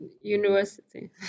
university